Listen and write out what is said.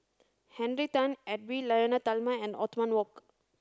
Henry Tan Edwy Lyonet Talma and Othman Wok